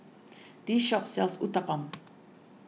this shop sells Uthapam